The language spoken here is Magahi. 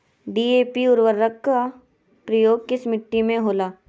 डी.ए.पी उर्वरक का प्रयोग किस मिट्टी में होला?